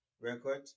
record